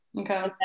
okay